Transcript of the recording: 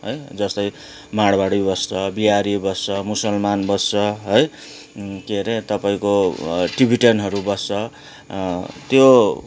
जस्तै माडवाडी बस्छ बिहारी बस्छ मुसलमान बस्छ है के अरे तपाईँको टिबिटेनहरू बस्छ त्यो